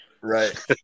Right